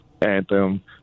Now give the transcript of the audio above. Anthem